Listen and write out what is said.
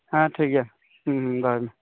ᱦᱮᱸ ᱴᱷᱤᱠ ᱜᱮᱭᱟ ᱦᱮᱸ ᱫᱚᱦᱚᱭ ᱢᱮ